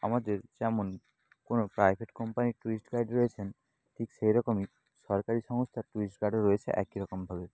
আমাদের যেমন কোনও প্রাইভেট কম্পানির ট্যুরিস্ট গাইড রয়েছেন ঠিক সেরকমই সরকারি সংস্থার ট্যুরিস্ট গাইডও রয়েছে একই রকমভাবে